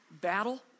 battle